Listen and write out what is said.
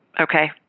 Okay